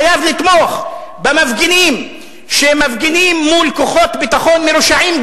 חייב לתמוך במפגינים שמפגינים מול כוחות ביטחון מרושעים,